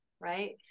right